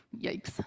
yikes